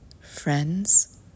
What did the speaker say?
friends